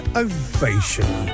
ovation